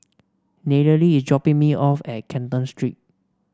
Nayeli is dropping me off at Canton Street